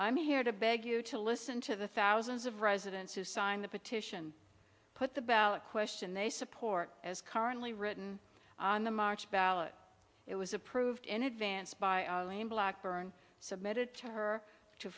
i'm here to beg you to listen to the thousands of residents who sign the petition put the ballot question they support as currently written on the march ballot it was approved in advance by blackburn submitted to her t